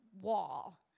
wall